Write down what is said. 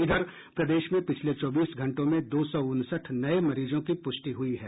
इधर प्रदेश में पिछले चौबीस घंटों में दो सौ उनसठ नये मरीजों की पुष्टि हुई है